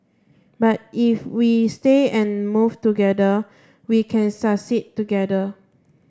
but if we stay and move together we can succeed together